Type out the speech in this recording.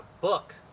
book